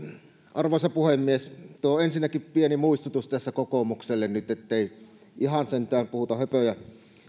arvoisa puhemies ensinnäkin pieni muistutus tässä kokoomukselle nyt ettei ihan sentään puhuta höpöjä